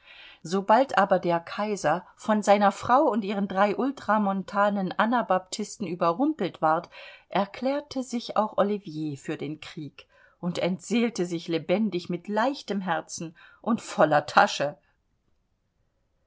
sobald aber der kaiser von seiner frau und ihren drei ultramontanen anabaptisten überrumpelt ward erklärte sich auch ollivier für den krieg und entseelte sich lebendig mit leichtem herzen und voller tasche